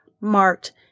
marked